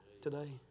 today